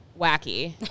wacky